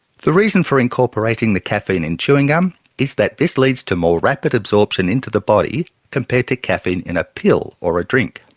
the reason for incorporating the caffeine in chewing gum is that this leads to more rapid absorption into the body compared to caffeine in a pill or a drink.